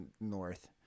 north